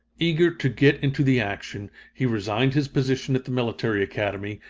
eager to get into the action, he resigned his position at the military academy,